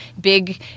big